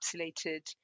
encapsulated